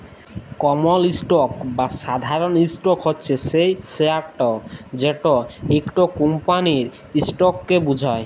কমল stock বা সাধারল stock হছে সেই শেয়ারট যেট ইকট কমপালির ইসটককে বুঝায়